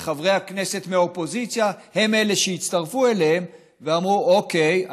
וחברי הכנסת מהאופוזיציה הם אלה שהצטרפו אליהם ואמרו: אוקיי,